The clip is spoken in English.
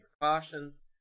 precautions